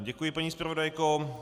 Děkuji, paní zpravodajko.